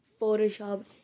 Photoshop